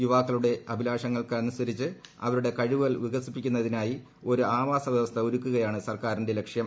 യുവാക്കളുടെ അഭിലാഷങ്ങൾക്കനുസരിച്ച് ൂഅവരുടെ കഴിവുകൾ വികസിപ്പിക്കുന്നതിനായി ഒരു ആവ്യാക്സ് പൃവസ്ഥ ഒരുക്കുകയാണ് സർക്കാരിന്റെ ലക്ഷ്യം